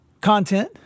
content